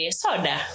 soda